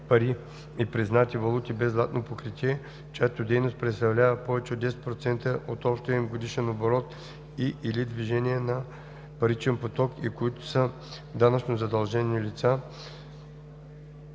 пари и признати валути без златно покритие, чиято дейност представлява повече от 10% от общия им годишен оборот и/или движение на паричен поток и които са данъчно задължени лица